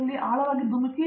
ಪ್ರತಾಪ್ ಹರಿಡೋಸ್ ಸರಿ